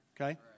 okay